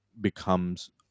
becomes